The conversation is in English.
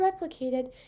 replicated